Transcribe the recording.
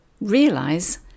realize